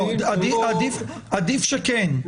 עדיף שכן.